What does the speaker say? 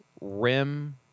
RIM